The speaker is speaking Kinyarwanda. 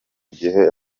igihe